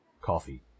Coffee